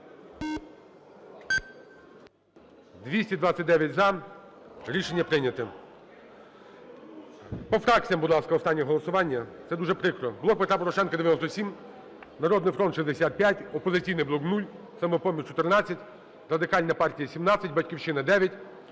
За-229 Рішення прийнято. По фракціям, будь ласка, останнє голосування. Це дуже прикро. "Блок Петра Порошенка" - 97, "Народний фронт" – 65, "Опозиційний блок" – 0, "Самопоміч" – 14, Радикальна партія – 17, "Батьківщина"